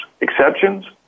Exceptions